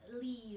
Leave